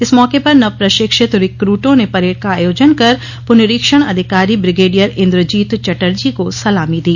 इस मौके पर नवप्र शिक्षित रि क्रूटों ने परेड का आयोजन कर पुनरीक्षण अधिकारी brigadier Inderjit Chatterjee को सलामी दी